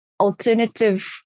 alternative